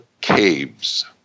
Caves